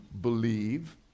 believe